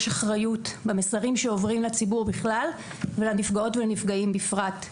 יש אחריות במסרים שעוברים לציבור בכלל ולנפגעות ולנפגעים בפרט.